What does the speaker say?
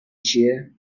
چیه